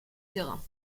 terrain